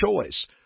choice